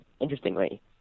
interestingly